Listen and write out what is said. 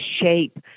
shape